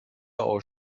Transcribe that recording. aus